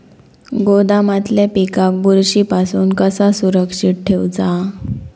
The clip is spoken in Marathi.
गोदामातल्या पिकाक बुरशी पासून कसा सुरक्षित ठेऊचा?